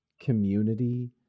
community